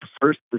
first